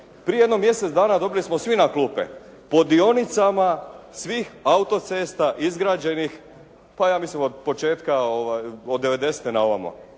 prije mjesec dana dobili smo svi na klupe, po dionicama svih autocesta izgrađenih, pa ja mislim od početka od '90. na ovamo.